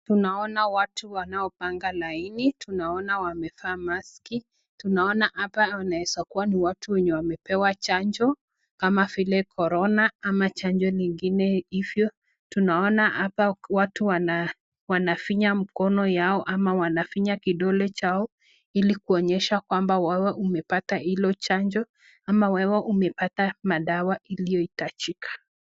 Tunaona watu wanaopanga laini, tunaona wamevaa maski tunaona hapa inaweza kuwa ni watu wenye wamepewa chanjo kama vile Corona ama chanjo lingine hivyo, tunaona hapa watu wanafinya mkono yao ama wanafinya kidole chao ili kuonyesha kwamba wewe umepata hilo chanjo ama wewe umepata madawa iliyo hitajika.